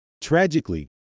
Tragically